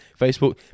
Facebook